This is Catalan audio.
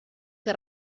que